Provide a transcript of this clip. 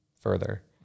further